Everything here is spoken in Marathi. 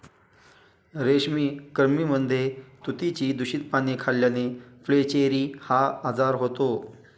रेशमी कृमींमध्ये तुतीची दूषित पाने खाल्ल्याने फ्लेचेरी हा आजार होतो